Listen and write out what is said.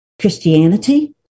Christianity